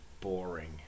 boring